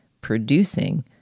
producing